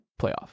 playoff